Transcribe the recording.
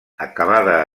acabada